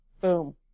Boom